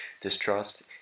distrust